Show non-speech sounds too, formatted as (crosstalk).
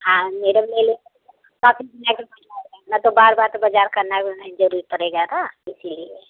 हाँ मैडम ले लेंगे (unintelligible) ना तो बार बार तो बाजार करना जरूर पड़ेगा ना (unintelligible)